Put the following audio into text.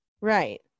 Right